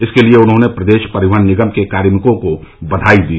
इसके लिए उन्होंने प्रदेश परिवहन निगम के कार्मिकों को बधाई दी